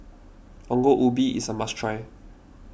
Ongol Ubi is a must try